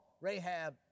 Rahab